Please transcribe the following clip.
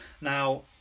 now